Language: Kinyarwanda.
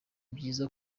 byiza